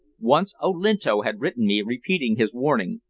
once olinto had written me repeating his warning,